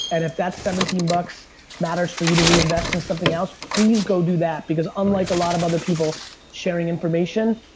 and if that's seventeen bucks matters for you to reinvest in something else, please go do that because unlike a lot of other people sharing information,